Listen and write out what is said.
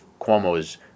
Cuomo's